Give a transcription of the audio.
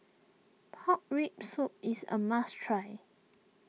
Pork Rib Soup is a must try